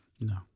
No